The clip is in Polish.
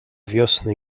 wiosny